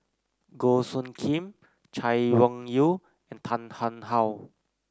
Goh Soo Khim Chay Weng Yew and Tan Tarn How